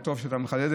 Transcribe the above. וטוב שאתה מחדד את זה,